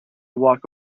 walk